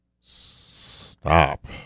Stop